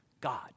God